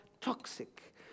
toxic